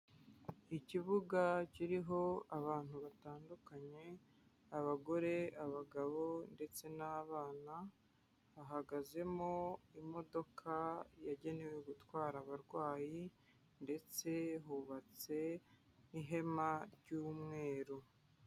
Ikibuga kiriho abantu batandukanye abagore, abagabo ndetse n'abana, hahagazemo imodoka yagenewe gutwara abarwayi ndetse hubatse n'ihema ry'umweru.